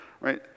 right